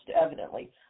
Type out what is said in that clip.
evidently